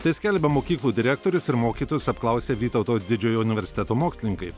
tai skelbia mokyklų direktorius ir mokytojus apklausę vytauto didžiojo universiteto mokslininkai